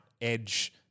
edge